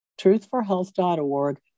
truthforhealth.org